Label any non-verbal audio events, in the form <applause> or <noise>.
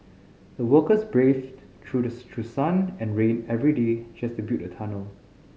the workers braved through the <unintelligible> sun and rain every day just to build the tunnel